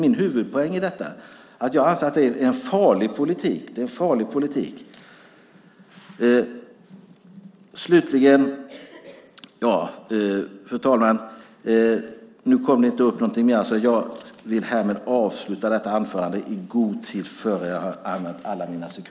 Min huvudpoäng i detta är att jag anser att det är en farlig politik.